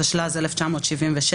התשל״ז-1977,